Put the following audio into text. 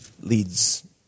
Leads